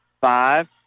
Five